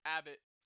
Abbott